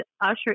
usher